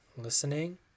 listening